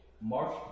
March